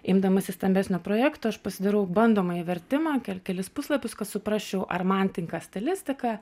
imdamasi stambesnio projekto aš pasidarau bandomąjį vertimą kel kelis puslapius kad suprasčiau ar man tinka stilistika